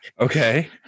Okay